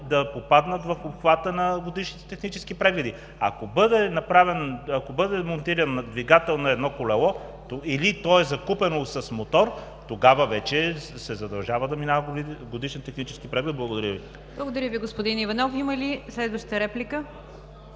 да попаднат в обхвата на годишните технически прегледи. Ако бъде монтиран двигател на едно колело или то е закупено с мотор, тогава вече се задължава да минава годишен технически преглед. Благодаря Ви. ПРЕДСЕДАТЕЛ НИГЯР ДЖАФЕР: Благодаря Ви, господин Иванов. Има ли следваща реплика?